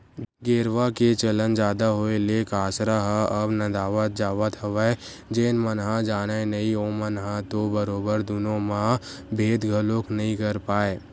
गेरवा के चलन जादा होय ले कांसरा ह अब नंदावत जावत हवय जेन मन ह जानय नइ ओमन ह तो बरोबर दुनो म भेंद घलोक नइ कर पाय